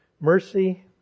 mercy